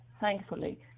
Thankfully